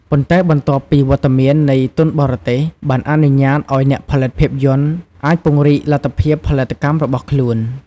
ប៉ុន្តែបន្ទាប់ពីវត្តមាននៃ ទុនបរទេស បានអនុញ្ញាតឱ្យអ្នកផលិតភាពយន្តអាច ពង្រីកលទ្ធភាពផលិតកម្មរបស់ខ្លួន។